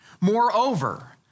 Moreover